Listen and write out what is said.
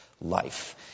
life